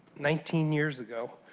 nineteen years ago.